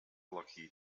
lucky